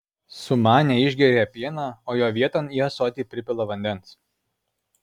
sumanę išgeria pieną o jo vieton į ąsotį pripila vandens